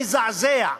המזעזע,